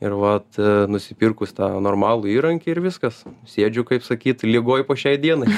ir vat nusipirkus tą normalų įrankį ir viskas sėdžiu kaip sakyt ligoj po šiai dienai